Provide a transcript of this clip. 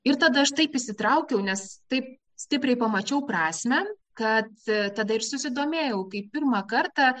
ir tada aš taip įsitraukiau nes taip stipriai pamačiau prasmę kad tada ir susidomėjau kai pirmą kartą